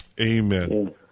amen